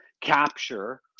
capture